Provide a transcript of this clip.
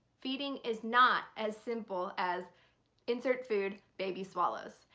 feeding is not as simple as insert food, baby swallows.